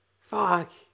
Fuck